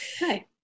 Hi